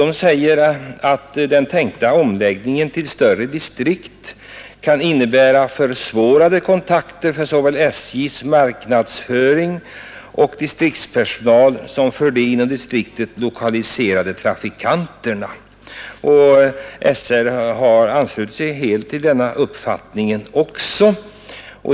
Man säger att den tänkta omläggningen till större distrikt ”kan innebära försvårade kontakter för såväl SJ:s marknadsföring, distriktspersonal som för de inom distrikten lokaliserade trafikanterna”. SR har helt anslutit sig till denna uppfattning.